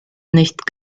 nicht